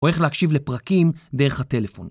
או איך להקשיב לפרקים דרך הטלפון.